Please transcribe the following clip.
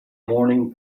morning